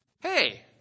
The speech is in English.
Hey